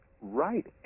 right